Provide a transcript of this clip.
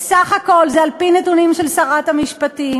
בסך הכול, זה על-פי נתונים של שרת המשפטים.